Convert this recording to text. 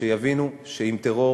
שיבינו שעם טרור